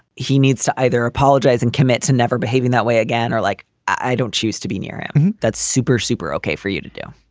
he needs to either apologize and commit to never behaving that way again. or like i don't choose to be near him. that's super, super ok for you to do.